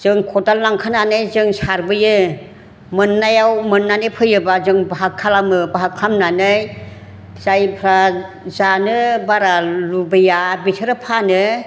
जों खदाल लांखानानै जों सारबोयो मोन्नायाव मोन्नानै फैयोबा जों बाहाग खालामो बाहाग खालामनानै जायफ्रा जानो बारा लुबैया बिसोरो फानो